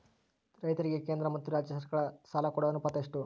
ರೈತರಿಗೆ ಕೇಂದ್ರ ಮತ್ತು ರಾಜ್ಯ ಸರಕಾರಗಳ ಸಾಲ ಕೊಡೋ ಅನುಪಾತ ಎಷ್ಟು?